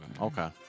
okay